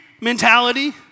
mentality